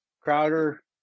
Crowder